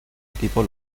equipo